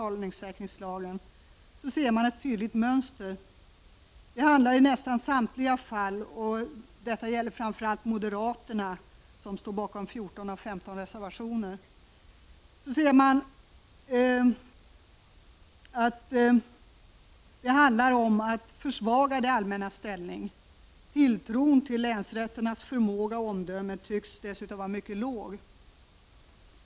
1989/90:35 betalningssäkringslagen, ser man ett tydligt mönster. Det handlar i nästan 29 november 1989 samtliga fall — detta gäller framför allt moderaterna, som står bakom 14 av AA 15 reservationer — om att försvaga det allmännas ställning. Tilltron till länsrätternas förmåga och omdöme tycks dessutom vara mycket låg.